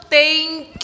thank